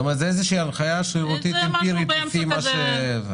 כלומר זה הנחיה שרירותית לפי מה שקיים בשטח.